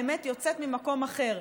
האמת יוצאת ממקום אחר,